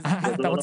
לא, לא.